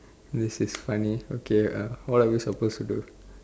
this is funny okay uh what are we supposed to do